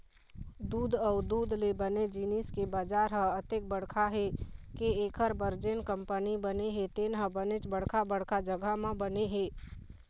दूद अउ दूद ले बने जिनिस के बजार ह अतेक बड़का हे के एखर बर जेन कंपनी बने हे तेन ह बनेच बड़का बड़का जघा म बने हे